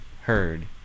heard